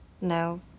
No